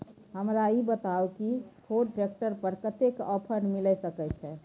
हमरा ई बताउ कि फोर्ड ट्रैक्टर पर कतेक के ऑफर मिलय सके छै?